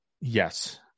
Yes